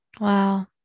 Wow